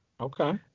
Okay